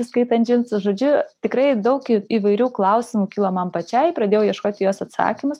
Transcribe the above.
įskaitant džinsus žodžiu tikrai daug įvairių klausimų kilo man pačiai pradėjau ieškot į juos atsakymus